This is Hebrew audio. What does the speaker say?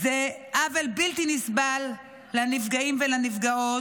עוול בלתי נסבל לנפגעים ולנפגעות,